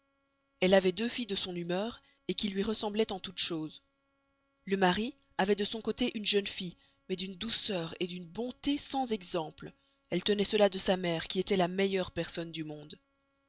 elle avoit deux filles de son humeur qui luy ressembloient en toutes choses le mari avoit de son costé une jeune fille mais d'une douceur et d'une bonté sans exemple elle tenoit cela de sa mere qui estoit la meilleure personne du monde